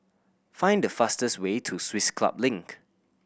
find the fastest way to Swiss Club Link